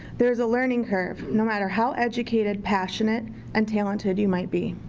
there's a learning curve. no matter how educated, passionate and talented you might be.